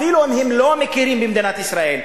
אפילו אם הם לא מכירים במדינת ישראל,